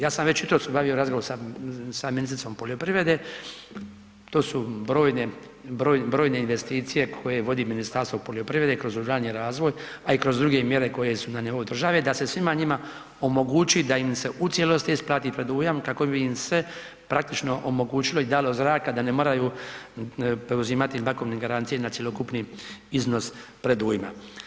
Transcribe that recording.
Ja sam već jutros obavio razgovor sa ministricom poljoprivrede, to su brojne investicije koje vodi Ministarstvo poljoprivrede kroz ruralni razvoj a i kroz druge mjere koje su na nivou države, da se svima njima omogući da im se u cijelosti isplati predujam kako bi im se praktično omogućilo i dalo zraka da ne moraju preuzimati bankovne garancije na cjelokupni iznos predujma.